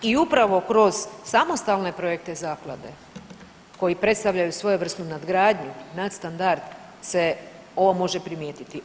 I upravo kroz samostalne projekte zaklade koji predstavljaju svojevrsnu nadgradnju, nadstandard se ovo može primijetiti.